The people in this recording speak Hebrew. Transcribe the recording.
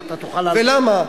ולמה.